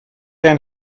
ein